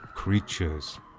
Creatures